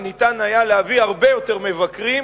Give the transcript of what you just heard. וניתן היה להביא הרבה יותר מבקרים